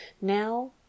now